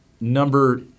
Number